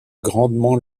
grandement